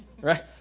Right